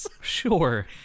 Sure